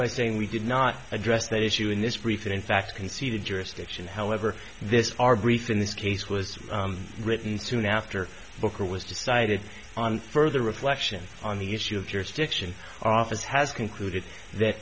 by saying we did not address that issue in this briefing in fact conceded jurisdiction however this our brief in this case was written soon after booker was decided on further reflection on the issue of jurisdiction office has concluded that